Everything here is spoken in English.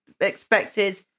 expected